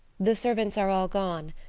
the servants are all gone.